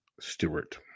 Stewart